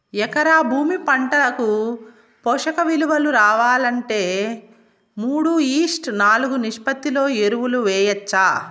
ఎకరా భూమి పంటకు పోషక విలువలు రావాలంటే మూడు ఈష్ట్ నాలుగు నిష్పత్తిలో ఎరువులు వేయచ్చా?